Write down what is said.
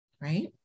Right